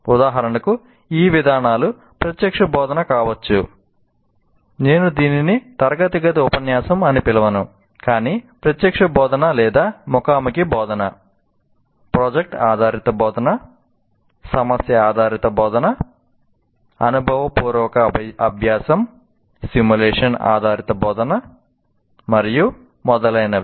ఉదాహరణకు ఈ విధానాలు ప్రత్యక్ష బోధన కావచ్చు ఆధారిత బోధన మరియు మొదలైనవి